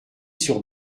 sur